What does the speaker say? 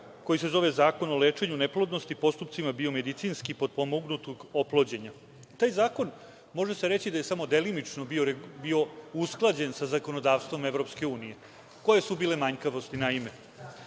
koji se zove Zakon o lečenju neplodnosti, postupcima biomedicinski potpomognutog oplođenja. Taj zakon, može se reći da je samo delimično bio usklađen sa zakonodavstvom EU. Koje su bile manjkavosti? Pre